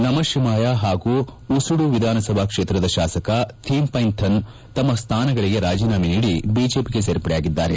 ನಮಶಿವಾಯಂ ಹಾಗೂ ಊಸುಡು ವಿಧಾನಸಭಾ ಕ್ಷೇತ್ರದ ಶಾಸಕ ಥೀಷ್ಯೆಂಥನ್ ತಮ್ನ ಸ್ನಾನಗಳಿಗೆ ರಾಜೇನಾಮೆ ನೀಡಿ ಬಿಜೆಪಿಗೆ ಸೇರ್ಪಡೆಯಾಗಿದ್ದಾರೆ